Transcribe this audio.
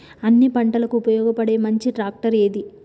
అన్ని పంటలకు ఉపయోగపడే మంచి ట్రాక్టర్ ఏది?